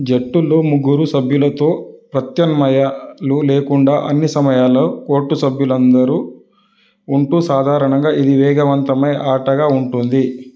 జట్టులో ముగ్గురు సభ్యులతో ప్రత్యామ్నాయాలు లేకుండా అన్నీ సమయాలో కోర్టు సభ్యులందరూ ఉంటూ సాధారణంగా ఇది వేగవంతమైన ఆటగా ఉంటుంది